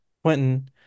Quentin